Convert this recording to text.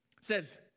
Says